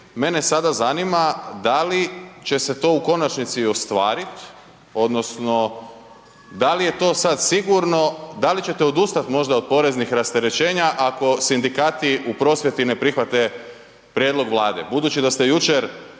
Mene sada zanima da li će se to u konačnici ostvariti odnosno da li je to sada sigurno, da li ćete odustat možda od poreznih rasterećenja ako sindikati u prosvjeti ne prihvate prijedlog Vlade? Budući da ste jučer